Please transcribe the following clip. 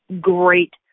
Great